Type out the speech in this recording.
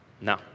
No